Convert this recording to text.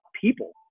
people